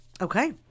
Okay